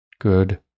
Good